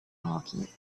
hockey